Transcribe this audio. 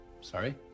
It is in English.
Sorry